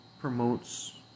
promotes